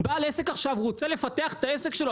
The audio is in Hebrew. בעל עסק עכשיו רוצה לפתח את העסק שלו,